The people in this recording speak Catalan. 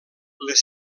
les